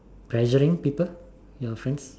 pressuring people your friends